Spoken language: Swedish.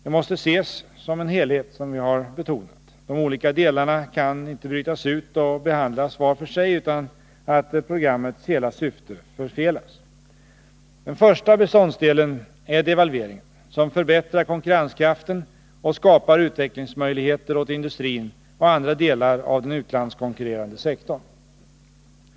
Det måste, som vi har betonat, ses som en helhet. De olika delarna kan inte brytas ut och behandlas var för sig, utan att programmets hela syfte förfelas. Den första beståndsdelen är devalveringen, som förbättrar konkurrenskraften och skapar utvecklingsmöjligheter åt industrin och andra delar av den utlandskonkurrerande sektorn.